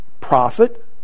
prophet